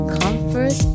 comfort